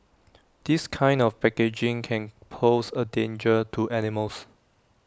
this kind of packaging can pose A danger to animals